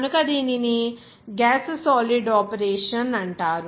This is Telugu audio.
కనుక దీనిని గ్యాస్ సాలిడ్ ఆపరేషన్ అంటారు